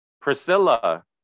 Priscilla